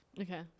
Okay